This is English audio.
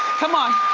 come on.